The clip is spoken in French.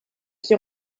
qui